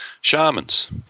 Shamans